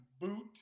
boot